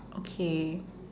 okay